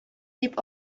дип